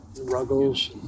Ruggles